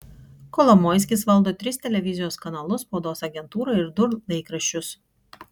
kolomoiskis valdo tris televizijos kanalus spaudos agentūrą ir du laikraščius